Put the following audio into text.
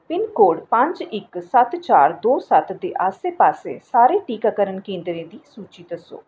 pin code पंज इक सत्त चार दो सत्त दे आसे पासे सारे टीकाकरण केंदरें दी सूची दस्सो